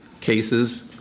cases